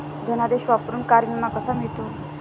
धनादेश वापरून कार विमा कसा मिळतो?